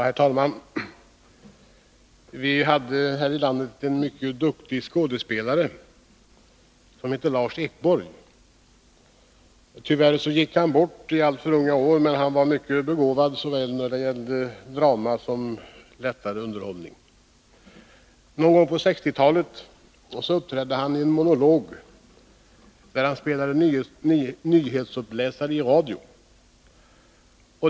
Herr talman! Vi hade här i landet en mycket duktig skådespelare som hette Lars Ekborg. Tyvärr gick han bort i alltför unga år, men han var mycket begåvad såväl när det gällde drama som lättare underhållning. Någon gång på 1960-talet uppträdde han i en monolog där han spelade nyhetsuppläsare i radio.